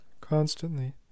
constantly